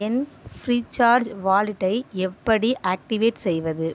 என் FreeCharge வாலெட்டை எப்படி activate செய்வது